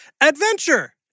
adventure